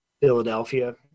Philadelphia